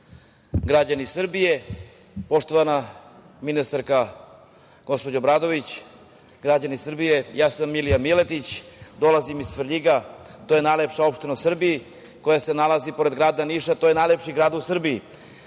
građani Srbije, poštovana ministarka, gospođo Obradović, ja sam Milija Miletić, dolazim iz Svrljiga, to je najlepša opština u Srbiji, koja se nalazi pored grada Niša, to je najlepši grad u Srbiji.